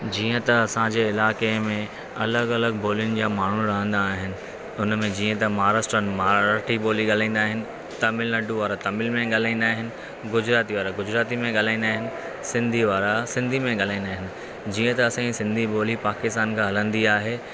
जीअं त असांजे इलाइक़े में अलॻि अलॻि ॿोलियुनि जा माण्हू रहन्दा आहिनि हुन में जीअं त महाराष्ट्रीयन मराठी ॿोली ॻाल्हाईन्दा आहिनि तमिलनाडु वारा तमिल में ॻाल्हाईन्दा आहिनि गुजराती वारा गुजरातीअ में ॻाल्हाईन्दा आहिनि सिन्धी वारा सिन्धी में ॻाल्हाईन्दा आहिनि जीअं त असांजी सिन्धी ॿोली पाकिस्तान खां हलन्दी आहे